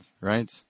right